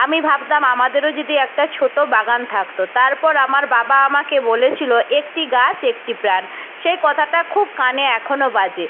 আমি ভাবতাম আমাদেরও যদি একটা ছোট বাগান থাকত তারপর আমার বাবা আমাকে বলেছিল একটি গাছ একটি প্রাণ সেই কথাটা খুব কানে এখনো বাজে